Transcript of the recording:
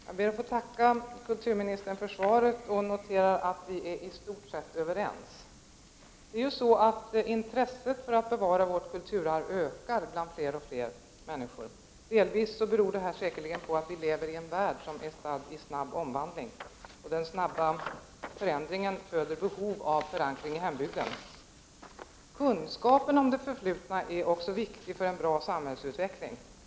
Fru talman! Jag ber att få tacka kulturministern för svaret, och jag noterar att vi i stort sett är överens. Intresset för att bevara vårt kulturarv ökar. Det beror säkerligen delvis på att vi lever i en värld som är stadd i snabb omvandling, och den snabba förändringen föder behov av förankring i hembygden. Kunskap om det för flutna är viktigt för en bra samhällsutveckling.